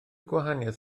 gwahaniaeth